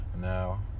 now